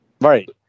Right